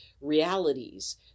realities